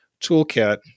toolkit